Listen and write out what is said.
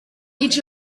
each